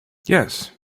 yes